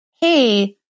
Hey